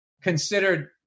considered